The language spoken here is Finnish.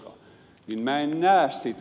minä en näe sitä